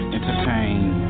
Entertain